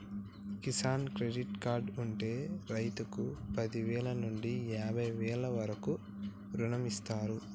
Kisan credit card ఉంటె రైతుకు పదివేల నుండి యాభై వేల వరకు రుణమిస్తారు